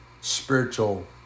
spiritual